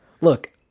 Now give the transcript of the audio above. Look